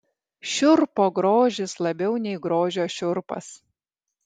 šiurpo grožis labiau nei grožio šiurpas